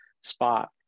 spot